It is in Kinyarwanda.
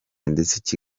ndetse